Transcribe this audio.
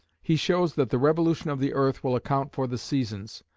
he shows that the revolution of the earth will account for the seasons,